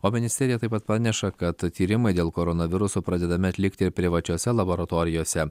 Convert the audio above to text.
o ministerija taip pat praneša kad tyrimai dėl koronaviruso pradedami atlikti ir privačiose laboratorijose